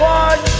one